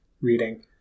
reading